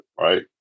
right